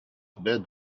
bed